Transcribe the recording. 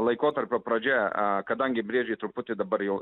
laikotarpio pradžia kadangi briedžiai truputį dabar jau